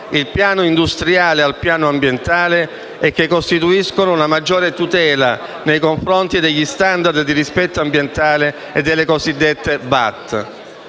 il piano industriale al piano ambientale e che costituiscono una maggiore tutela nei confronti degli *standard* di rispetto ambientale e di applicazione delle